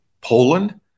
Poland